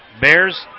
Bears